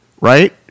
right